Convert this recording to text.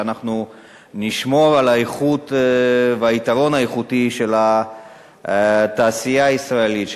כדי שנשמור על האיכות והיתרון האיכותי של התעשייה הישראלית,